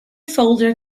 folder